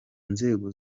nzego